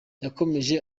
yakomeje